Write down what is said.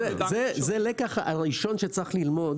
זה הלקח הראשון שצריך ללמוד,